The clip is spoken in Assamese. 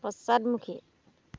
পশ্চাদমুখী